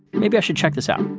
maybe i should check this out